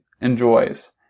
enjoys